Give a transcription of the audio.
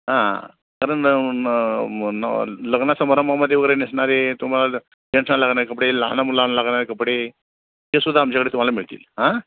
हां कारण लग्नासमारंभामध्ये वगैरे नेसणारे तुम्हाला जेंट्सला लागणारे कपडे लहान मुलांना लागणारे कपडे हे सुद्धा आमच्याकडे तुम्हाला मिळतील हां